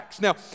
Now